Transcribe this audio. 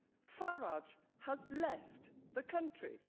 farage has left the country.